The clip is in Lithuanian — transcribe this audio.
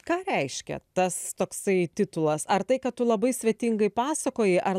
ką reiškia tas toksai titulas ar tai kad tu labai svetingai pasakoji ar la